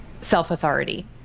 self-authority